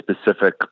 specific